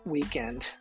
Weekend